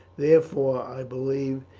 therefore i believe,